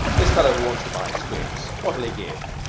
this fellow who wants to buy squibs, what'll he give?